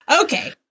Okay